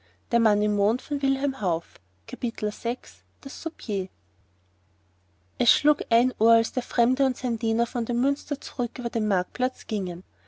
es schlug ein uhr als der fremde und sein diener von dem münster zurück über den marktplatz gingen